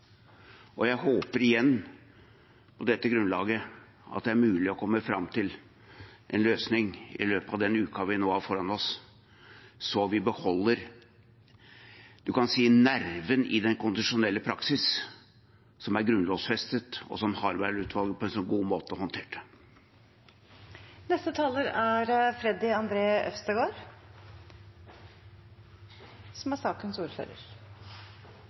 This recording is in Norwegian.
om. Jeg håper igjen på dette grunnlaget at det er mulig å komme fram til en løsning i løpet av den uken vi nå har foran oss, så vi beholder – kan man si – nerven i den konstitusjonelle praksis, som er grunnlovfestet, og som Harberg-utvalget på en så god måte håndterte. Som saksordfører har